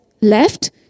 left